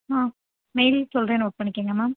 ஆ mail சொல்கிறேன் note பண்ணிக்கிங்க ma'am